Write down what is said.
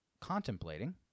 contemplating